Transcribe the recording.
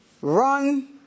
run